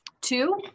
Two